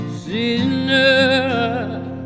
sinner